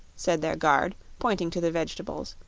said their guard, pointing to the vegetables,